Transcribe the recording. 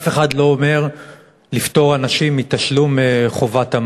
אף אחד לא אומר לפטור אנשים מחובת תשלום על המים.